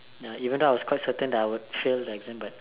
ya even though I was quite certain that I would fail that exam but